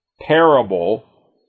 parable